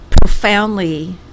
profoundly